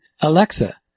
Alexa